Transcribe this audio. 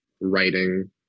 writing